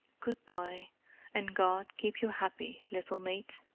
good-bye and god keep you happy, little mate.